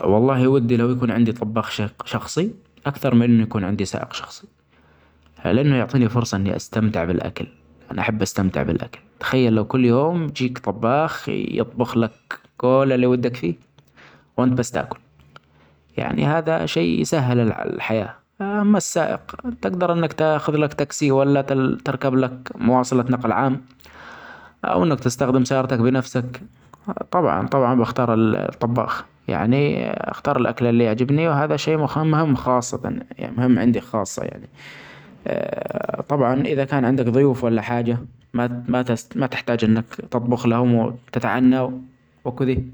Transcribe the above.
والله ودي لو يكون عندي طباخ شخ-شخصي أكثر من أنه يكون عندي سائق شخصي، لأنه يعطيني فرصة إني أستمتع بالأكل أنا أحب أستمتع بالأكل ، تخيل لو كل يوم يجيك طباخ يطبخلك كووول اللي ودك فيه وانت بس تاكل ، يعني هدا شئ سهل ال-الحياة أما السائق تجدر أنك تاخدلك تاكسي ولا تر-تركبلك مواصلة نقل عام أو أنت تستخدم سارتك بنفسك ، طبعا طبعا بختار الطباخ ، يعني أختار الأكل اللي يعجبني وهذا شئ مه-مهم خاصة يعني مهم عندي خاصة يعني ، طبعا إذا كان عندك ظيوف ولا حاجه ما تحتاج أنك تطبخ لهم وتتعني وكده.